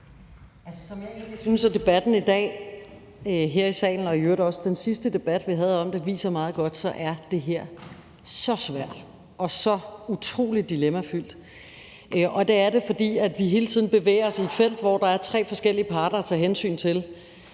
egentlig synes at debatten i dag her i salen og i øvrigt også den sidste debat, vi havde om det, viser meget godt, er det her så svært og så utrolig dilemmafyldt, og det er det, fordi vi hele tiden bevæger os i et felt, hvor der er tre forskellige parter at tage hensyn til.